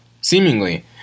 seemingly